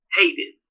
hated